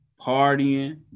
partying